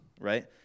right